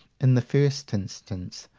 in the first instance,